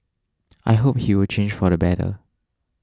I hope he will change for the better